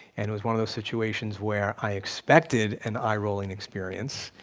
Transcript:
and it was one of those situations where i expected an eye rolling experience.